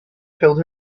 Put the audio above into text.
filled